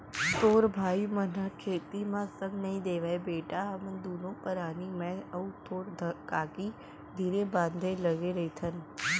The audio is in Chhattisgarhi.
तोर भाई मन ह खेती म संग नइ देवयँ बेटा हमन दुनों परानी मैं अउ तोर काकी धीरे बांधे लगे रइथन